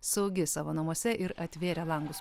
saugi savo namuose ir atvėrę langus